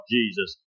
Jesus